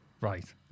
Right